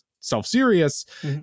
self-serious